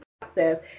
process